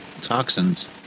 Toxins